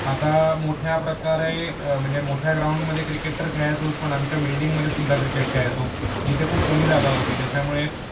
आता मोठ्या प्रकारे म्हणजे मोठ्या ग्राउंडमध्ये क्रिकेट तर खेळायचोच पण आमच्या बिल्डिंगमध्ये सुद्धा क्रिकेट खेळायचो जिथे खूप कमी जागा होती त्याच्यामुळे